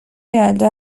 یلدا